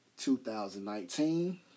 2019